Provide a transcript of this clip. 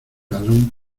ladrón